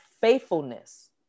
faithfulness